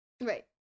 Right